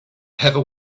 heather